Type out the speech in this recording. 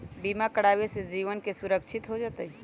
बीमा करावे से जीवन के सुरक्षित हो जतई?